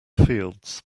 fields